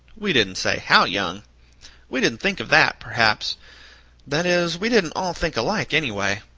we didn't say how young we didn't think of that, perhaps that is, we didn't all think alike, anyway.